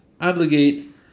obligate